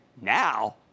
Now